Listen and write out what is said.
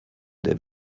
der